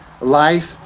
life